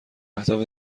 اهداف